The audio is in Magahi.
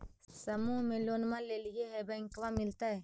समुह मे लोनवा लेलिऐ है बैंकवा मिलतै?